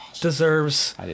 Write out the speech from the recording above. deserves